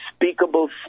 unspeakable